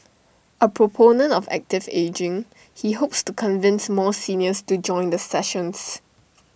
A proponent of active ageing he hopes to convince more seniors to join the sessions